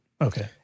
Okay